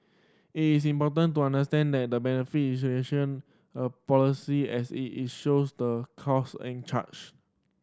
it is important to understand that the benefit of a policy as it it shows the cost and charge